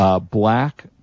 black